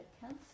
cancer